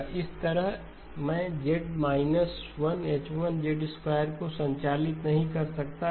इसी तरह मैं Z 1H1 को संचालित नहीं कर सकता